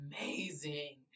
amazing